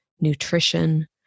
nutrition